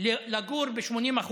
לגור ב-80%,